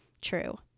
True